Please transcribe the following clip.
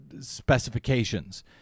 specifications